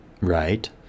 right